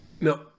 no